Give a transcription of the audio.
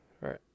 Right